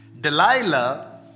Delilah